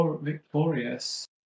victorious